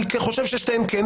אני חושב שכן.